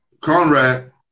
Conrad